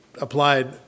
applied